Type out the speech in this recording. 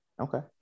Okay